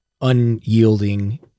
unyielding